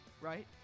right